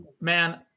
man